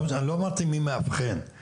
לא אמרתי מי מאבחן.